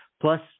Plus